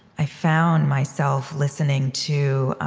i found myself listening to